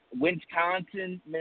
Wisconsin